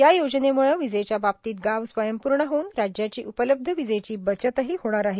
या योजनेमुळं वीजेच्या बाबतीत गावं स्वयंपूर्ण होऊन राज्याची उपलब्ध वीजेची बचतही होणार आहे